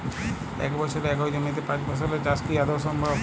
এক বছরে একই জমিতে পাঁচ ফসলের চাষ কি আদৌ সম্ভব?